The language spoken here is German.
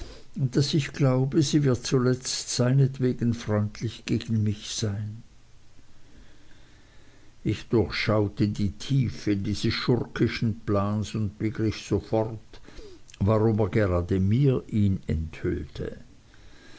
daß ich glaube sie wird zuletzt seinetwegen freundlich gegen mich sein ich durchschaute die tiefe dieses schurkischen plans und begriff sofort warum er gerade mir ihn enthüllte